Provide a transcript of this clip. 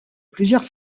plusieurs